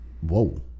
Whoa